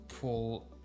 pull